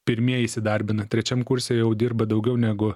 pirmieji įsidarbina trečiam kurse jau dirba daugiau negu